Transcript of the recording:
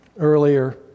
Earlier